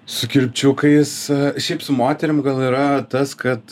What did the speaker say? su kirpčiukais šiaip su moterim gal yra tas kad